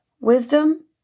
Wisdom